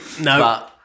No